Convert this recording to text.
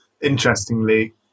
interestingly